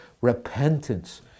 repentance